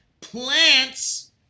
plants